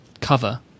cover